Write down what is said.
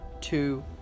two